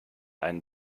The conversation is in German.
einen